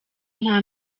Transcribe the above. nta